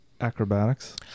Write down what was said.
Acrobatics